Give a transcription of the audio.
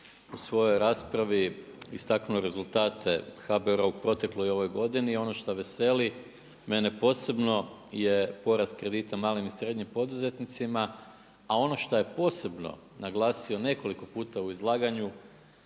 u svojoj raspravi istaknuo rezultate HBOR-a u protekloj i u ovoj godini. I ono što veseli mene posebno je porast kredita malim i srednjim poduzetnicima, a ono što je posebno naglasio nekoliko puta u izlaganju